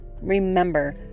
Remember